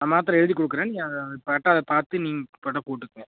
நான் மாத்திர எழுதி கொடுக்குறேன் நீங்கள் அதை கரெக்டாக அதை பார்த்து நீங்கள் கரெக்டாக போட்டுக்கோங்க